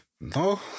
No